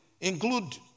include